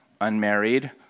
unmarried